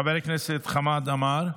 חבר הכנסת חמד עמאר,